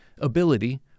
ability